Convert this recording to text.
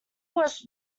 was